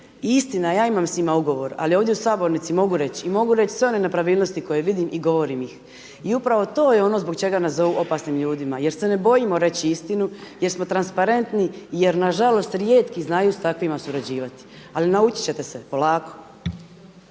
istina ja imam s njima ugovora ali ovdje u sabornici mogu reći i mogu reći sve one nepravilnosti koje vidim i govorim ih. I upravo to je ono zbog čega nas zovu opasnim ljudima jer se ne bojimo reći istinu, jer smo transparentni i jer nažalost rijetki znaju s takvima surađivati. Ali naučiti ćete se, polako.